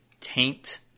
taint